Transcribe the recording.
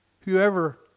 whoever